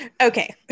Okay